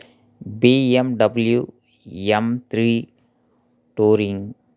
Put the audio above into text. B M W M three touring